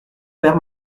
faire